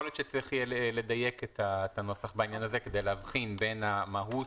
יכול להיות שצריך יהיה לדייק את הנוסח בעניין הזה כדי להבחין בין המהות,